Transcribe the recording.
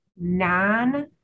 non